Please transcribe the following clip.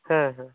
ᱦᱮᱸ ᱦᱮᱸ